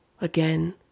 again